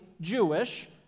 Jewish